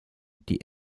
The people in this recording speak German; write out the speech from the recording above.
die